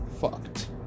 fucked